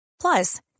Plus